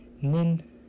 Nin